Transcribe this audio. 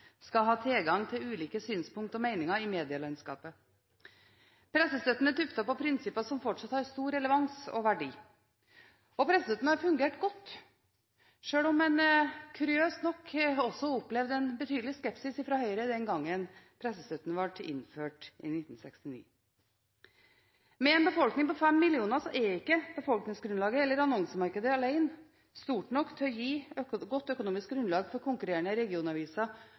skal ha tilgang til ulike synspunkter og meninger i medielandskapet. Pressestøtten er tuftet på prinsipper som fortsatt har stor relevans og verdi. Den har fungert godt, sjøl om en kuriøst nok opplevde en betydelig skepsis fra Høyre den gangen pressestøtten ble innført i 1969. Med en befolkning på fem millioner er ikke befolkningsgrunnlaget og annonsemarkedet alene stort nok til å gi godt økonomisk grunnlag for konkurrerende regionaviser